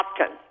often